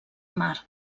mar